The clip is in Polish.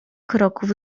kroków